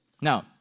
Now